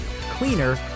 cleaner